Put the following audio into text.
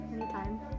Anytime